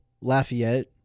Lafayette